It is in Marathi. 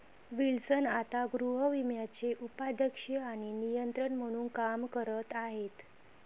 विल्सन आता गृहविम्याचे उपाध्यक्ष आणि नियंत्रक म्हणून काम करत आहेत